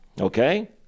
okay